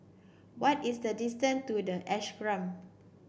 what is the distance to the Ashram